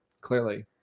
clearly